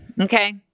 Okay